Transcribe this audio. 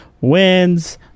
wins